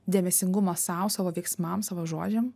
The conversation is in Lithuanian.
dėmesingumą sau savo veiksmam savo žodžiam